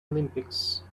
olympics